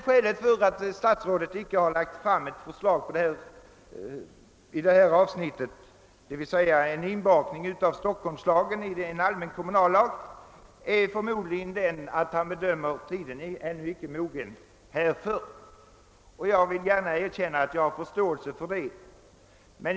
Skälet till att statsrådet icke lagt fram något förslag i detta avsnitt, d.v.s. en inbakning av en Stockholmslag i en allmän kommunallag, är förmodligen att han bedömer tiden ännu icke vara mogen härför. Jag vill gärna erkänna att jag hyser förståelse för detta.